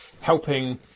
helping